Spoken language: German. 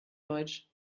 deutsch